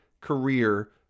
career